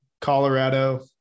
colorado